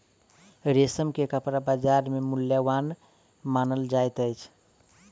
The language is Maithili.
रेशम के कपड़ा बजार में मूल्यवान मानल जाइत अछि